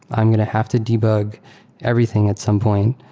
i'm going to have to debug everything at some point.